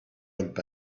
old